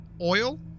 oil